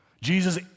Jesus